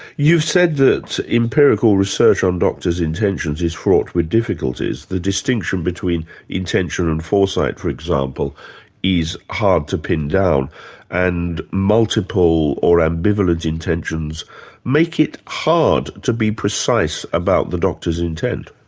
you've said that empirical research on doctors' intentions is fraught with difficulties. the distinction between intention and foresight for example is hard to pin down and multiple or ambivalent intentions make it hard to be precise about the doctor's intent.